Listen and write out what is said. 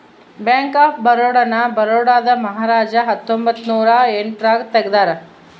bank of Baroda ನ ಬರೋಡಾದ ಮಹಾರಾಜ ಹತ್ತೊಂಬತ್ತ ನೂರ ಎಂಟ್ ರಾಗ ತೆಗ್ದಾರ